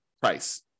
price